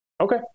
Okay